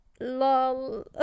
lol